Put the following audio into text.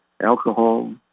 Alcohol